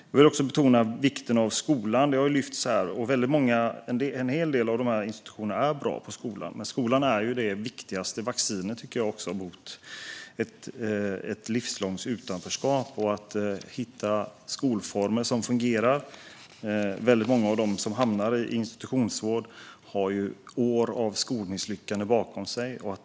Jag vill också betona vikten av skolan. Den har lyfts fram här. En hel del av de här institutionerna är bra på skola, men skolan är också det viktigaste vaccinet mot livslångt utanförskap. Det gäller att hitta skolformer som fungerar. Många av dem som hamnar i institutionsvård har ju år av skolmisslyckanden bakom sig.